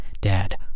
dad